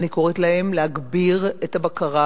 אני קוראת להם להגביר את הבקרה